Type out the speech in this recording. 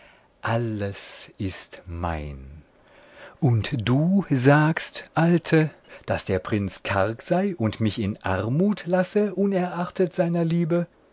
alles ist mein und du sagst alte daß der prinz karg sei und mich in armut lasse unerachtet seiner liebe